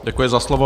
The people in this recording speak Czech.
Děkuji za slovo.